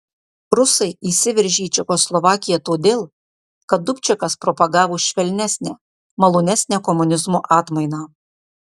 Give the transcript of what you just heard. rusai įsiveržė į čekoslovakiją todėl kad dubčekas propagavo švelnesnę malonesnę komunizmo atmainą